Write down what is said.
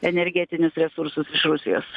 energetinius resursus iš rusijos